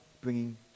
bringing